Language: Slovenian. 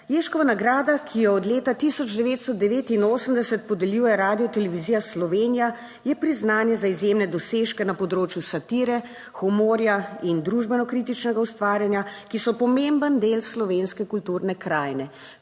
Ježkova nagrada, ki jo od leta 1989 podeljuje Radiotelevizija Slovenija, je priznanje za izjemne dosežke na področju satire, humorja in družbeno kritičnega ustvarjanja, ki so pomemben del slovenske kulturne krajine.